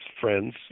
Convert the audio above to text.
friends